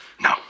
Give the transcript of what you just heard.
No